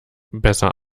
besser